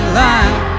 line